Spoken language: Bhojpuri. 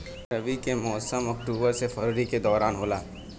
रबी के मौसम अक्टूबर से फरवरी के दौरान होला